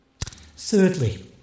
Thirdly